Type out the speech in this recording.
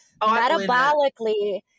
metabolically